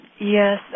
Yes